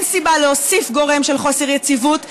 סיבה להוסיף גורם של חוסר יציבות לאזור,